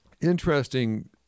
Interesting